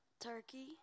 Turkey